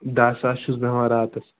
دَہ ساس چھُس بہٕ ہٮ۪وان راتَس